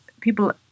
people